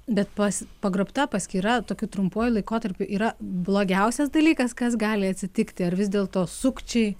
bet pas pagrobta paskyra tokiu trumpuoju laikotarpiu yra blogiausias dalykas kas gali atsitikti ar vis dėlto sukčiai